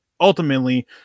ultimately